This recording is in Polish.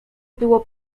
było